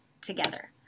together